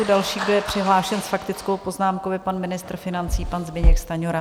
Další, kdo je přihlášen s faktickou poznámkou je pan ministr financí pan Zbyněk Stanjura.